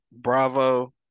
Bravo